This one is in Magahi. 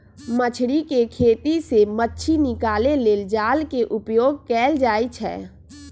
मछरी कें खेति से मछ्री निकाले लेल जाल के उपयोग कएल जाइ छै